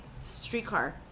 streetcar